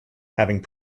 having